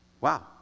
Wow